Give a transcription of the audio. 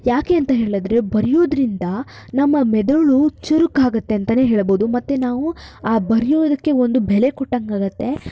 ಯಾಕೆ ಅಂತ ಹೇಳಿದ್ರೆ ಬರೆಯೋದ್ರಿಂದ ನಮ್ಮ ಮೆದುಳು ಚುರುಕಾಗುತ್ತೆಂತಲೇ ಹೇಳ್ಬೌದು ಮತ್ತು ನಾವು ಬರೆಯೋದಕ್ಕೆ ಒಂದು ಬೆಲೆ ಕೊಟ್ಟಂಗಾಗುತ್ತೆ